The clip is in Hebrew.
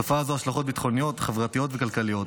לתופעה זו השלכות ביטחוניות, חברתיות וכלכליות.